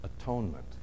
atonement